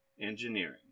Engineering